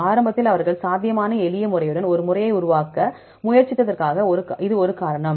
ஆரம்பத்தில் அவர்கள் சாத்தியமான எளிய முறையுடன் ஒரு முறையை உருவாக்க முயற்சித்ததற்கு இது ஒரு காரணம்